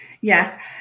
Yes